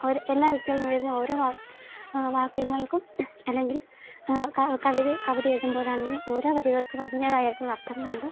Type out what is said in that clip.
എല്ലാ വ്യക്തികളും എഴുതുന്ന ഓരോ വാക്യങ്ങൾക്കും അല്ലെങ്കിൽ കവിതയെഴുതുമ്പോഴാണെങ്കിലും ഓരോ വരികൾക്കും അതിന്റേതായിട്ടുള്ള അർത്ഥങ്ങളുണ്ട്